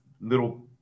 little